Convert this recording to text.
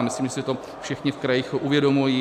Myslím, že si to všichni v krajích uvědomují.